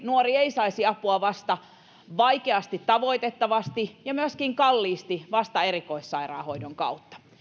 nuori ei saisi apua vaikeasti tavoitettavasti ja myöskin kalliisti vasta erikoissairaanhoidon kautta